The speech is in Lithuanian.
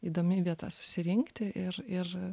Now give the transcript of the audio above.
įdomi vieta susirinkti ir ir